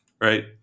Right